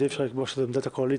אז אי אפשר לקבוע שזו עמדת הקואליציה.